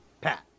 Pat